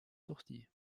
sorties